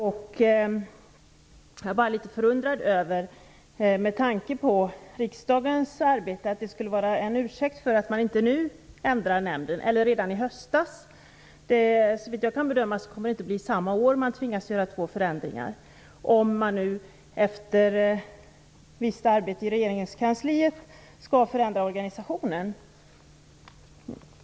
Jag är bara litet förundrad över att riksdagens skulle vara en ursäkt för att man inte redan i höstas ändrade nämndens sammansättning. Såvitt jag kan bedöma kommer man inte att tvingas göra två förändringar under samma år, om man efter visst arbete i regeringskansliet skall förändra organisationen.